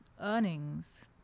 earnings